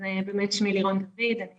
אז באמת שמי לירון דוד, אני